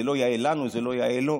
זה לא יאה לנו, זה לא יאה לו.